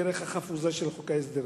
ובוודאי לא בדרך החפוזה של חוק ההסדרים,